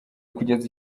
kugeza